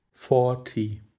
Forty